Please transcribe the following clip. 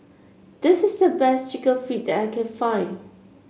this is the best chicken feet that I can find